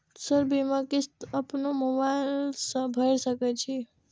Sir बीमा किस्त अपनो मोबाईल से भर सके छी?